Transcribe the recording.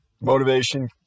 Motivation